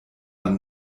man